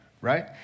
right